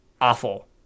awful